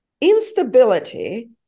instability